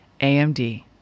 AMD